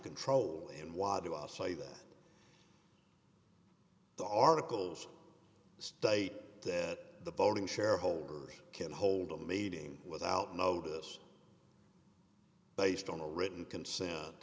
control in wa to say that the articles state that the voting shareholders can't hold a meeting without notice based on a written consent